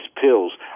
pills